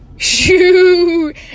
shoot